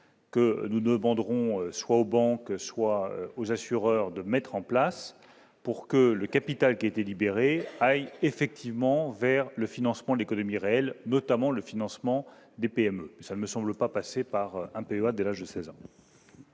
que nous demanderons soit aux banques soit aux assureurs de mettre en place pour que le capital libéré aille effectivement vers le financement de l'économie réelle, notamment vers les PME. Pour autant, ces évolutions ne me semblent pas passer par un PEA ouvert dès l'âge de 16 ans.